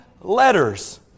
letters